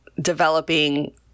developing